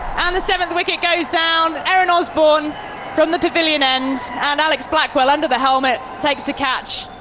and the seventh wicket goes down. erin osborne from the pavilion end and alex blackwell under the helmet takes the catch.